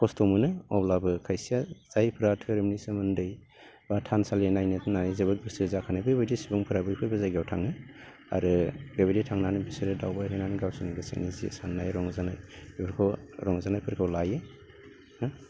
खस्थ' मोनो अब्लाबो खायसेया जायफ्रा धोरोमनि सोमोन्दै बा थानसालि नायनो होननानै जोबोद गोसो जाखानाय बेबायदि सुबुंफोरा बेफोरबो जायगायाव थाङो आरो बेबायदि थांनानै बिसोरो दावबाय हैनानै गावसोरनि गोसोनि जि साननाय रंजानाय बेफोरखौ रंजानायफोरखौ लायो हा